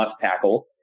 tackle